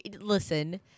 listen